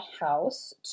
house